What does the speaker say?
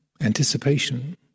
anticipation